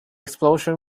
explosion